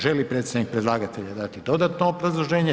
Želi li predstavnik predlagatelja dati dodano obrazloženje?